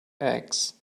eggs